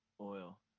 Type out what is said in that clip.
Oil